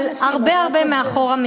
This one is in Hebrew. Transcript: אבל נמצאת הרבה הרבה מאחורינו.